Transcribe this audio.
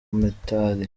mitali